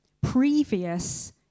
previous